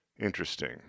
Interesting